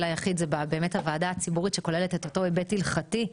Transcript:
היחיד הוא בוועדה הציבורית שכוללת את אותו היבט הלכתי,